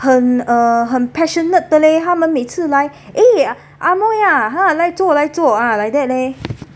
很 uh 很 passionate 的 leh 他们每次来 eh ah mui ah ha 来坐来坐 ah like that leh